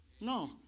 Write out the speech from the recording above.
No